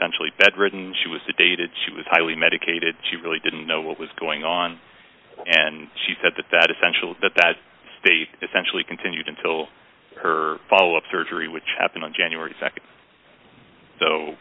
essentially bedridden she was sedated she was highly medicated she really didn't know what was going on and she said that that essentially that that state essentially continued until her follow up surgery which happened on january nd so